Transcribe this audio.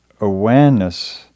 awareness